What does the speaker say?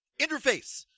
Interface